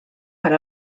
per